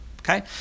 Okay